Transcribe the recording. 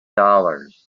dollars